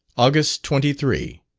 august twenty three.